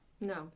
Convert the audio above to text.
No